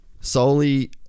solely